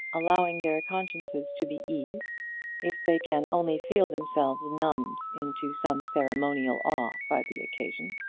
allowing their consciences to be eased if they can only feel themselves numbed into some ceremonial awe by the occasion.